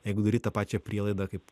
jeigu daryt tą pačią prielaidą kaip